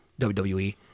WWE